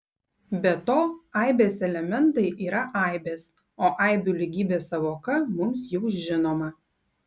be to aibės elementai yra aibės o aibių lygybės sąvoka mums jau žinoma